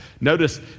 Notice